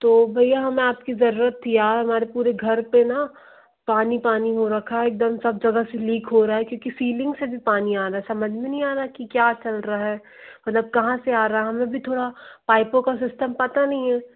तो भैया हमें आपकी ज़रूरत थी यार हमारे पूरे घर पर ना पानी पानी हो रखा है एक दम सब जगह से लीक हो रहा है क्योंकि सीलिंग से भी पानी आ रहा है समझ में नहीं आ रहा कि क्या चल रहा है मतलब कहाँ से आ रहा है हमें भी थोड़ा पाइपों का सिस्टम पता नहीं है